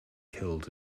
killed